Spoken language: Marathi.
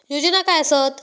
योजना काय आसत?